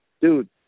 dude